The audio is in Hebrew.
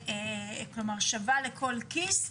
שווה לכל כיס,